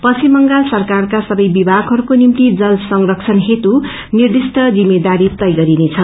पश्चिम बंगाल सरकारका सबै विभागहरूको निम्ति जल संरक्षण हेतू निर्दिष्ट जिम्मेदारी तय गरिनेछ